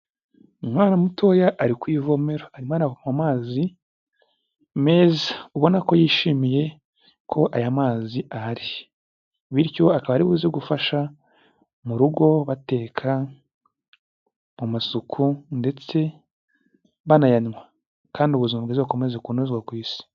Umwana mutoya ari kuyivomero, arimo aravoma amazi meza, ubona ko yishimiye ko aya mazi ahari, bityo akaba ari buze gufasha mu rugo bateka, amasuku, ndetse banayanywa, kandi ubuzima bwiza bukomeze kunozwa ku isi.